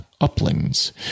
uplands